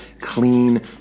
clean